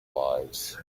lives